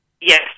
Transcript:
Yes